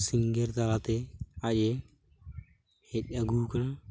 ᱥᱤᱝᱜᱟᱨ ᱛᱟᱞᱟᱛᱮ ᱟᱡ ᱮ ᱦᱮᱡ ᱟᱹᱜᱩ ᱟᱠᱟᱱᱟ